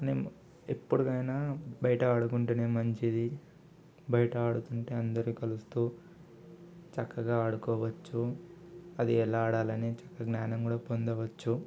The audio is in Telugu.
కానీ ఎప్పుడికైనా బయట ఆడుకుంటేనే మంచిది బయట ఆడుతుంటే అందరు కలుస్తు చక్కగా ఆడుకోవచ్చు అది ఎలా ఆడాలనే జ్ఞానం కూడా పొందవచ్చు